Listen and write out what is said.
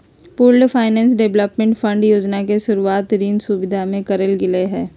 pooled finance development fund योजना के शुरूवात ऋण सुविधा ले करल गेलय हें